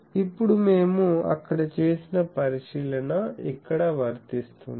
ఇప్పుడు మేము అక్కడ చేసిన పరిశీలన ఇక్కడ వర్తిస్తుంది